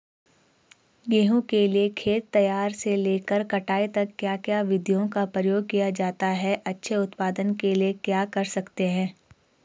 गेहूँ के लिए खेत तैयार से लेकर कटाई तक क्या क्या विधियों का प्रयोग किया जाता है अच्छे उत्पादन के लिए क्या कर सकते हैं?